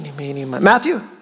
Matthew